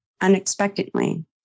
unexpectedly